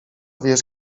wiesz